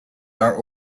are